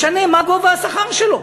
משנה מה גובה השכר שלו.